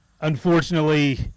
unfortunately